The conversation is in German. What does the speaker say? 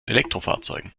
elektrofahrzeugen